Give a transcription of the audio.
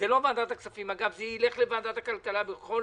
לא ועדת הכספים אגב, זה ילך לוועדת הכלכלה בכל